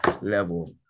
level